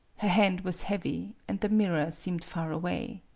her hand was heavy, and the mirror seemed far away.